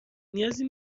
نیازی